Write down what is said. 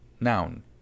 noun